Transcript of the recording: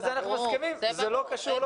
על זה אנחנו מסכימים זה לא קשור.